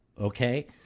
okay